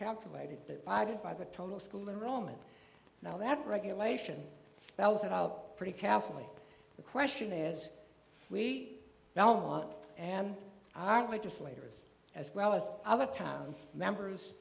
calculated that guided by the total school enrollment now that regulation spells it out pretty carefully the question is we don't want and our legislators as well as other towns members